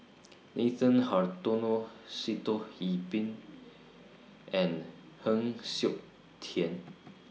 Nathan Hartono Sitoh Yih Pin and Heng Siok Tian